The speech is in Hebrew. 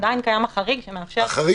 עדיין קיים החריג שמאפשר לאשר לו --- החריג